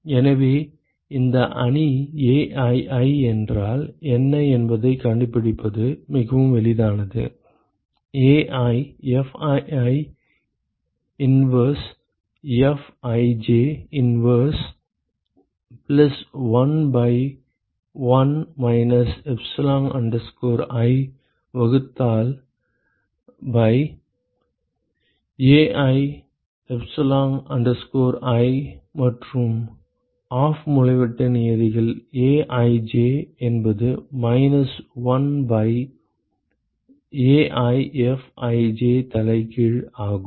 எனவே இந்த அணி aii என்றால் என்ன என்பதைக் கண்டுபிடிப்பது மிகவும் எளிதானது AiFii inverse Fij inverse plus 1 by 1 minus epsilon i வகுத்தால் பை Ai epsilon i மற்றும் ஆஃப் மூலைவிட்ட நியதிகள் Aij என்பது மைனஸ் 1 பை AiFij தலைகீழ் ஆகும்